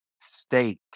state